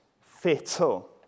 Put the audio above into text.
Fatal